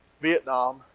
Vietnam